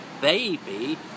baby